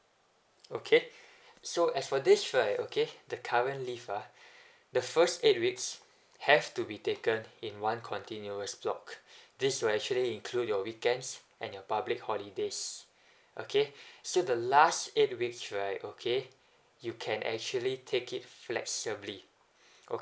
okay so as for this right okay the current leave ah the first eight weeks have to be taken in one continuous block this will actually include your weekends and your public holidays okay so the last eight weeks right okay you can actually take it flexibly